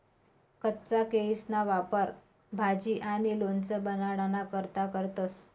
कच्चा केयीसना वापर भाजी आणि लोणचं बनाडाना करता करतंस